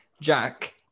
Jack